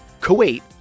Kuwait